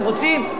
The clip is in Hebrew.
אתם רוצים?